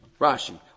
Rashi